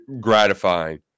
gratifying